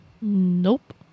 Nope